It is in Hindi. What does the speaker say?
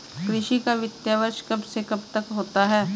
कृषि का वित्तीय वर्ष कब से कब तक होता है?